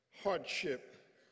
Hardship